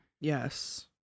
Yes